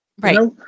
Right